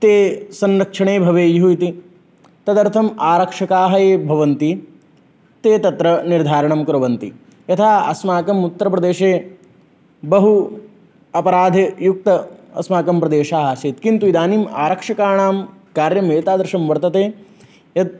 ते संरक्षणे भवेयुः इति तदर्थम् आरक्षकाः ये भवन्ति ते तत्र निर्धारणं कुर्वन्ति यथा अस्माकमुत्तरप्रदेशे बहु अपराधयुक्तः अस्माकं प्रदेशः आसीत् किन्तु इदानीम् आरक्षकाणां कार्यमेतादृशं वर्तते यत्